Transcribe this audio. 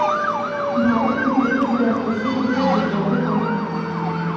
भारत में सबसे बड़ा कृषि विश्वविद्यालय कौनसा है?